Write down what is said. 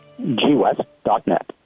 gwest.net